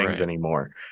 anymore